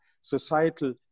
societal